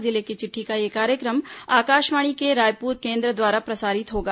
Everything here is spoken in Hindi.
जिले की चिट्ठी का यह कार्यक्रम आकाशवाणी के रायपुर केंद्र द्वारा प्रसारित होगा